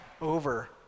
over